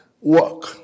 work